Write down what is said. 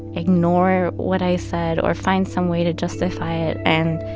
ignore what i said or find some way to justify it. and